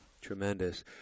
Tremendous